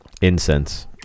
Incense